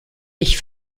ich